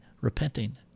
repenting